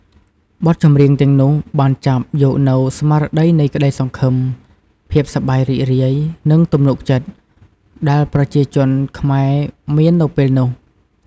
បទចម្រៀងទាំងនោះបានចាប់យកនូវ ស្មារតីនៃក្តីសង្ឃឹម ភាពសប្បាយរីករាយ និងទំនុកចិត្ត ដែលប្រជាជនខ្មែរមាននៅពេលនោះ។